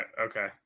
Okay